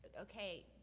but okay,